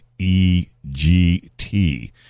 EGT